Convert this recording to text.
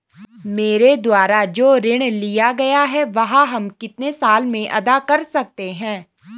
मेरे द्वारा जो ऋण लिया गया है वह हम कितने साल में अदा कर सकते हैं?